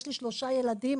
יש לי שלושה ילדים,